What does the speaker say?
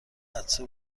عطسه